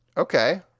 Okay